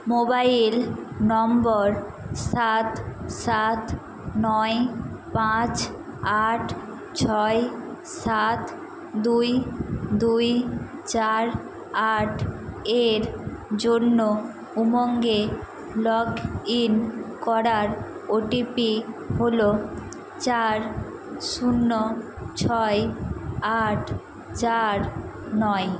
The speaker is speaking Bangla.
মোবাইল নম্বর সাত সাত নয় পাঁচ আট ছয় সাত দুই দুই চার আট এর জন্য উমঙ্গে লগ ইন করার ওটিপি হলো চার শূন্য ছয় আট চার নয়